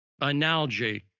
analogy